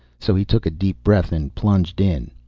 so he took a deep breath and plunged in.